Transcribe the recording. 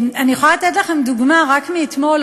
אני יכולה לתת לכם דוגמה רק מאתמול,